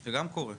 זה גם קורה.